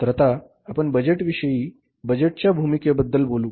तर आता आपण बजेटविषयी बजेटच्या भूमिकेबद्दल बोलू